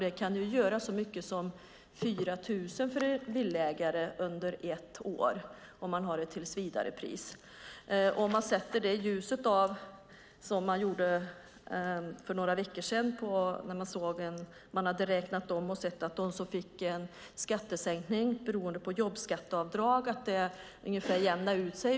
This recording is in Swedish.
Det kan motsvara så mycket som 4 000 kronor under ett år för de villaägare som har valt tillsvidarepris. För några veckor sedan kunde man i en omräkning se att det för många av dem som fick en skattesänkning beroende på jobbskatteavdrag jämnade ut sig.